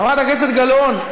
חברת הכנסת גלאון,